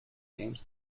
games